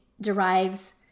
derives